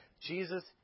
Jesus